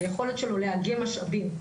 היכולת שלו לאגם משאבים.